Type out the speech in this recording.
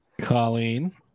Colleen